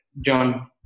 john